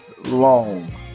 long